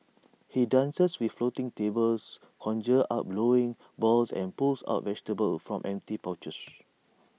he dances with floating tables conjures up bowling balls and pulls out vegetables from empty pouches